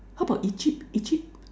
how about Egypt Egypt